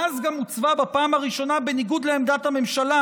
ואז גם הוצבה בפעם הראשונה, בניגוד לעמדת הממשלה,